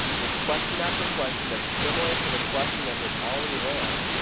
with question after question that's similar to the question that was already there.